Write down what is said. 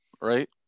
right